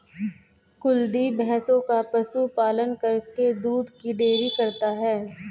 कुलदीप भैंसों का पशु पालन करके दूध की डेयरी करता है